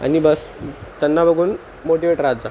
आणि बस्स त्यांना बघून मोटिवेट राहात जा